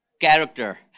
Character